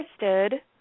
interested